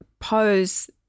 pose